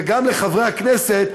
וגם לחברי הכנסת,